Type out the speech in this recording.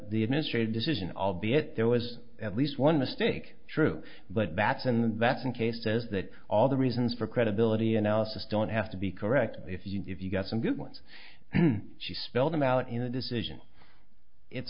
the administrative decision albeit there was at least one mistake true but that's and that's in case says that all the reasons for credibility analysis don't have to be correct if you if you got some good ones she spelled them out in a decision it's